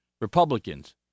Republicans